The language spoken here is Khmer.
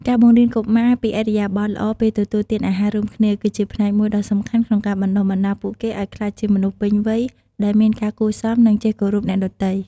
ការបង្រៀនកុមារពីឥរិយាបថល្អពេលទទួលទានអាហាររួមគ្នា គឺជាផ្នែកមួយដ៏សំខាន់ក្នុងការបណ្តុះបណ្តាលពួកគេឲ្យក្លាយជាមនុស្សពេញវ័យដែលមានការគួរសម និងចេះគោរពអ្នកដទៃ។